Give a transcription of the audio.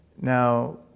Now